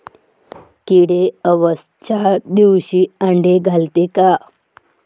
किडे अवसच्या दिवशी आंडे घालते का?